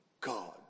God